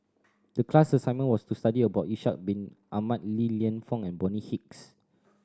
the class assignment was to study about Ishak Bin Ahmad Li Lienfung and Bonny Hicks